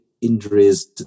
injuries